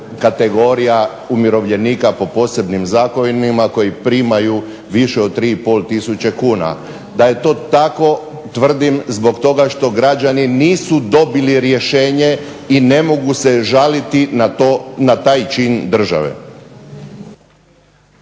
kategorija umirovljenika po posebnim zakonima koji primaju više od 3 i pol tisuće kuna. Da je to tako tvrdim zbog toga što građani nisu dobili rješenje i ne mogu se žaliti na taj čin države.